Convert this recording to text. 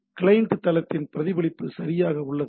client தளத்தின் பிரதிபலிப்பு சரியாக உள்ளது